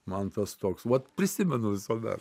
man tas toks vat prisimenu visuomet